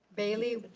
bailey,